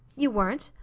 you weren't?